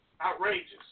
Outrageous